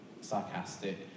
sarcastic